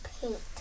paint